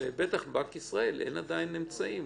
ובטח בבנק ישראל אין עדיין אמצעים.